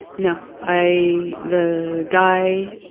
no, i, the guy,